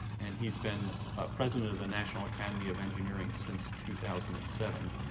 and he's been president of the national academy of engineering since two thousand and seven.